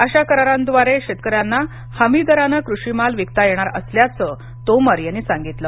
अशा प्र करारांद्वारे शेतकऱ्यांना हमी दरानं कृषी माल विकता येणार असल्याचं तोमर यांनी सांगितलं